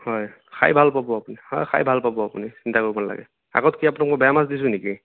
হয় খাই ভাল পাব আপুনি হয় খাই ভাল পাব আপুনি চিন্তা কৰিব নালাগে আগত কি আপোনাক মই বেয়া মাছ দিছোঁ নেকি